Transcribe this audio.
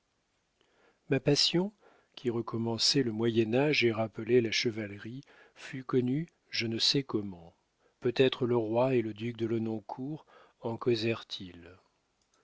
ma passion qui recommençait le moyen-age et rappelait la chevalerie fut connue je ne sais comment peut-être le roi et le duc de lenoncourt en